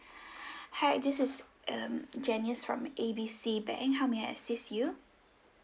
hi this is um janice from A B C bank how may I assist you